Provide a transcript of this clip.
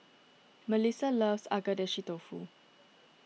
Mellissa loves Agedashi Dofu